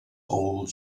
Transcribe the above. old